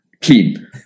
clean